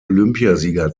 olympiasieger